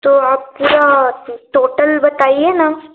तो आप पूरा टोटल बताइए ना